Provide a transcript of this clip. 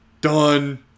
done